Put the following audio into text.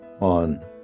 on